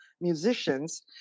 musicians